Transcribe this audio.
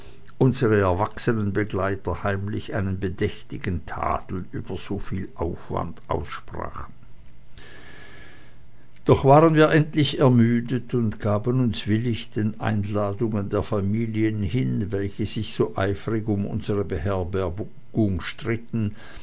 unsere erwachsenen begleiter heimlich einen bedächtigen tadel über solchen aufwand aussprechen doch waren wir endlich ermüdet und gaben uns willig den einladungen der familien hin welche sich so eifrig um unsere beherbergung stritten